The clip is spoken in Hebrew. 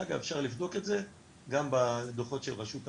אגב אפשר לבדוק את זה גם בדוחות של רשות המים,